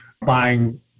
buying